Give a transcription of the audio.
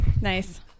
Nice